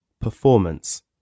performance